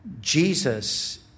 Jesus